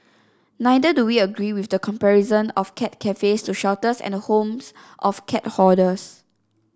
neither do we agree with the comparison of cat cafes to shelters and the homes of cat hoarders